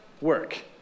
work